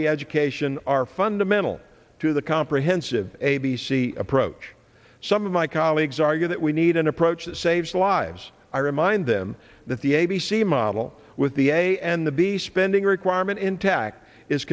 y education are fundamental to the comprehensive a b c approach some of my colleagues argue that we need an approach that saves lives i remind them that the a b c model with the a and the be spending requirement intact is